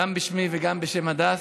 גם בשמי וגם בשם הדס.